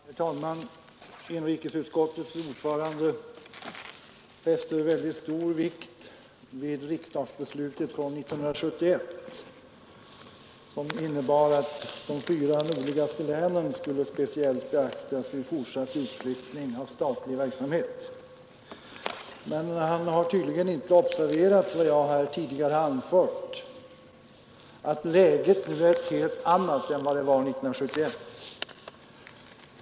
Herr talman! Inrikesutskottets ordförande fäster stor vikt vid riksdagsbeslutet 1971, som innebar att de fyra nordligaste länen speciellt skulle beaktas vid fortsatt utflyttning av statlig verksamhet. Men han har tydligen inte observerat vad jag tidigare har anfört, att läget är ett annat nu än det var 1971.